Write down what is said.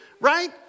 right